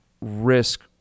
risk